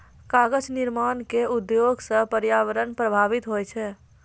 कागज निर्माण क उद्योग सँ पर्यावरण प्रभावित होय छै